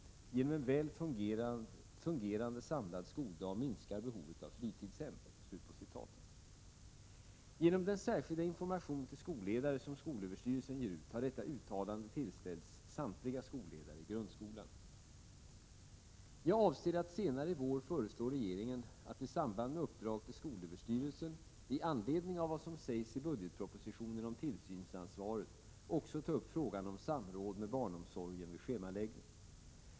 Genom en väl fungerande samlad skoldag minskar behovet av fritidshem.” Genom den särskilda information till skolledare som skolöverstyrelsen ger ut har detta uttalande tillställts samtliga skolledare i grundskolan. Jag avser att senare i vår föreslå regeringen att i samband med uppdrag till skolöverstyrelsen i anledning av vad som sägs i budgetpropositionen om tillsynsansvaret också ta upp frågan om samråd med barnomsorgen vid schemaläggning.